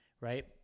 right